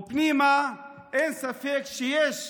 ופנימה, אין ספק שיש